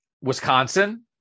Wisconsin